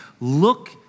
Look